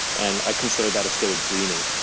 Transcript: and i consider that a state of dreaming.